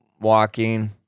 walking